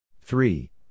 Three